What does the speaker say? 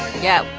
yeah,